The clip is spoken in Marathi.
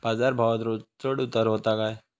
बाजार भावात रोज चढउतार व्हता काय?